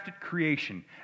creation